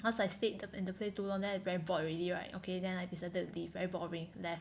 cause I stayed in the place too long then I very bored already right okay then I decided to leave very boring then I